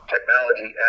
technology